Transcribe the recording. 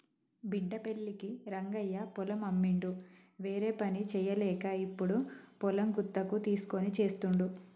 బిడ్డ పెళ్ళికి రంగయ్య పొలం అమ్మిండు వేరేపని చేయలేక ఇప్పుడు పొలం గుత్తకు తీస్కొని చేస్తుండు